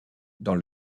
dans